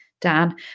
Dan